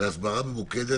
שזה עוד דבר שמסרבל את